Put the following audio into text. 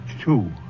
Two